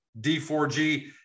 D4G